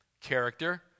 character